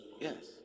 Yes